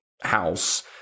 house